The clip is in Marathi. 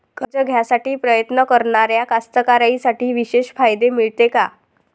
कर्ज घ्यासाठी प्रयत्न करणाऱ्या कास्तकाराइसाठी विशेष फायदे मिळते का?